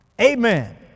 Amen